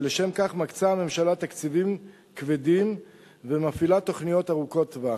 ולשם כך מקצה הממשלה תקציבים כבדים ומפעילה תוכניות ארוכות טווח.